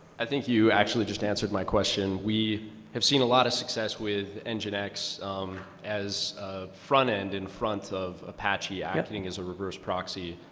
i think you actually just answered my question. we have seen a lot of success with enginex as a front end in front of apache, acting as a reverse proxy.